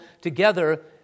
together